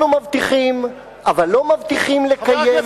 אנחנו מבטיחים, אבל לא מבטיחים לקיים.